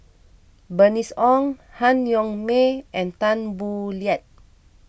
Bernice Ong Han Yong May and Tan Boo Liat